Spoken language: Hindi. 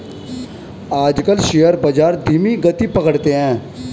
आजकल शेयर बाजार धीमी गति पकड़े हैं